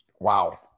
Wow